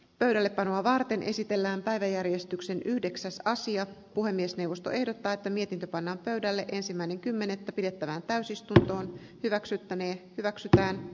pöydällepanoa varten esitellään päiväjärjestyksen yhdeksäs kanslia puhemiesneuvosto ehdottaa että mietintö panna pöydälle ensimmäinen kymmenettä pidettävään täysistunto hyväksyttäneen hyväksytään